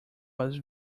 was